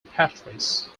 patrice